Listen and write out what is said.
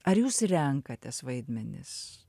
ar jūs renkatės vaidmenis